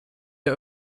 wir